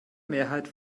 mehrheit